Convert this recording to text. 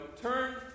turn